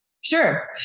Sure